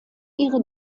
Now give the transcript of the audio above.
ihre